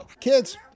Kids